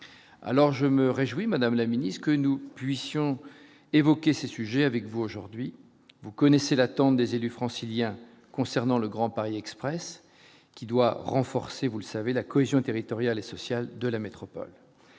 alors je me réjouis, Madame la Ministre, que nous puissions évoquer ces sujets avec vous aujourd'hui vous connaissez l'attente des élus franciliens concernant le Grand Paris Express qui doit renforcer, vous le savez la cohésion territoriale et sociale de la métropole